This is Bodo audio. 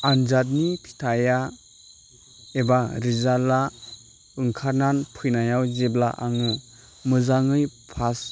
आन्जादनि फिथाइया एबा रिजाल्टआ ओंखारनानै फैनायाव जेब्ला आङो मोजाङै फास